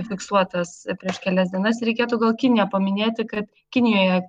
fiksuotas prieš kelias dienas reikėtų gal kiniją paminėti kad kinijoje